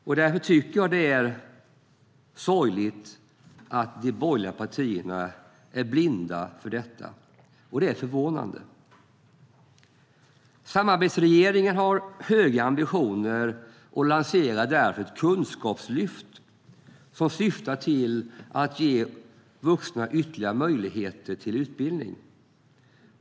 Därför tycker jag att det är sorgligt att de borgerliga partierna är blinda för detta, och det är förvånande. Samarbetsregeringen har höga ambitioner och lanserar därför ett kunskapslyft som syftar till att ge vuxna ytterligare möjligheter till utbildning.